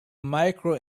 micro